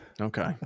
Okay